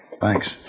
Thanks